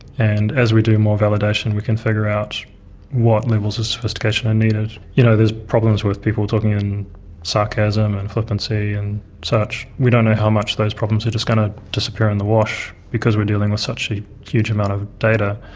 and as we do more validation we can figure out what levels of sophistication are needed. you know there's there's problems with people talking in sarcasm and flippancy and such. we don't know how much those problems are just going to disappear in the wash because we're dealing with such a huge amount of data.